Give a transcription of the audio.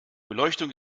beleuchtung